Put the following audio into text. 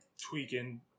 tweaking